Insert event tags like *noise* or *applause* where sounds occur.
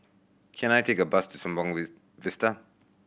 can I take a bus to Sembawang *unintelligible* Vista